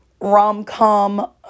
rom-com